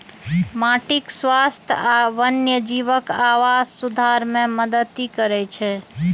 माटिक स्वास्थ्य आ वन्यजीवक आवास सुधार मे मदति करै छै